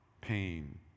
pain